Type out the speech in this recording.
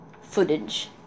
footage